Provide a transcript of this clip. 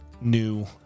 new